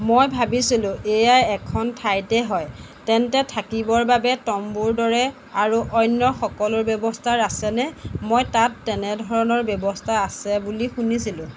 মই ভাবিছিলো এয়া এখন ঠাইতে হয় তেন্তে থাকিবৰ বাবে তম্বুৰ দৰে আৰু অন্য সকলো ব্যৱস্থা আছেনে মই তাত তেনেধৰণৰ ব্যৱস্থা আছে বুলি শুনিছিলোঁ